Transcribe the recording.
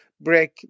break